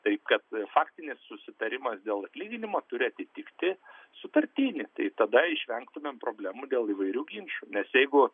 taip kad faktinis susitarimas dėl lyginimo turi atitikti sutartinį tai tada išvengtumėm problemų dėl įvairių ginčų nes jeigu